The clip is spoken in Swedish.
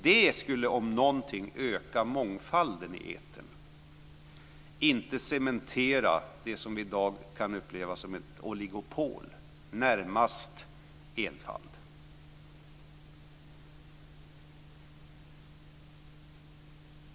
Det, om något, skulle öka mångfalden i etern, och inte cementera det som vi i dag kan uppleva som ett oligopol och närmast enfald.